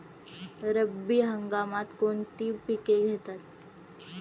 रब्बी हंगामात कोणती पिके घेतात?